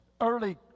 Early